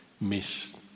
miss